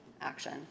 action